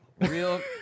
Real